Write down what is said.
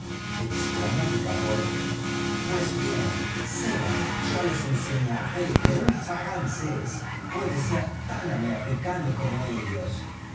exclamó picaporte pues bien sea yo les enseñaré que un francés puede ser tan americano como ellos